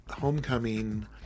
Homecoming